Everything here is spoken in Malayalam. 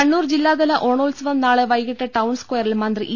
കണ്ണൂർ ജില്ലാതല ഓണോത്സവം നാളെ വൈകീട്ട് ടൌൺ സ്ക്വയ റിൽ മന്ത്രി ഇ